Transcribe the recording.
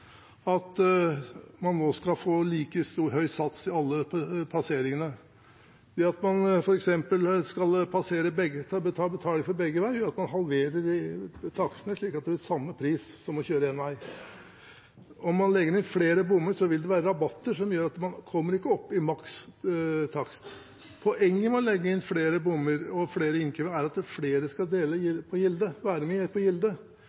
at man nå skal få like høy sats i alle passeringene. Det at man f.eks. skal ta betaling for begge veier, gjør jo at man halverer takstene – når det er samme pris som for å kjøre én vei. Om man legger ned flere bommer, vil det være rabatter som gjør at man ikke kommer opp i maks takst. Poenget med å legge inn flere bommer og flere innkrevinger er at flere skal være med og dele på gildet,